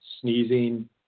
sneezing